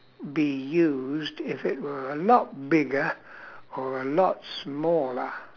be used if it were a lot bigger or a lot smaller